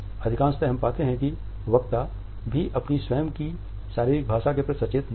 अधिकांशतः हम पाते हैं कि वक्ता भी अपनी स्वयं की शारीरिक भाषा के प्रति सचेत नहीं है